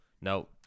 no